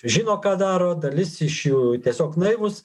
žino ką daro dalis iš jų tiesiog naivūs